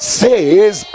says